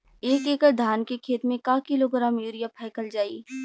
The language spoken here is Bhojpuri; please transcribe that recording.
एक एकड़ धान के खेत में क किलोग्राम यूरिया फैकल जाई?